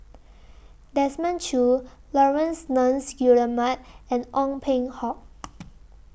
Desmond Choo Laurence Nunns Guillemard and Ong Peng Hock